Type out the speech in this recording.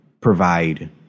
provide